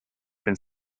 been